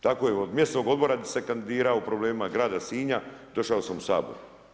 Tako je od mjesnog odbora gdje sam se kandidirao, problemima grada Sinja došao sam u Sabor.